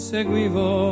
Seguivo